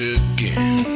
again